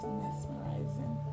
mesmerizing